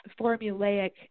formulaic